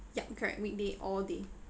yup correct weekday all day